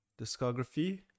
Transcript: Discography